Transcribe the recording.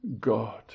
God